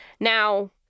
Now